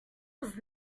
was